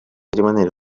rimanere